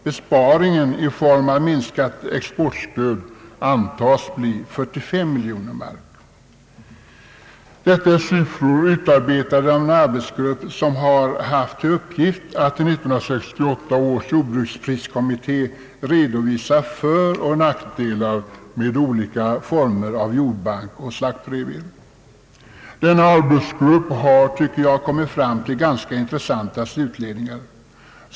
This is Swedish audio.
Besparingen i form av minskat exportstöd antas bli 45 miljoner mark. Detta är siffror utarbetade av en arbetsgrupp, som har haft till uppgift att till 1968 års jordbrukspriskommitté redovisa föroch nackdelar med olika former av jordbank och slaktpremier. Denna arbetsgrupp har, tycker jag, kommit fram till ganska intressanta slutledningar.